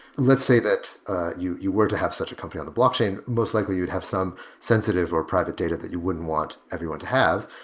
let's say that you you were to have such a company on the blockchain, most likely you would have some sensitive or private data that you wouldn't want everyone to have.